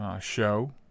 show